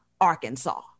Arkansas